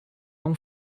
nom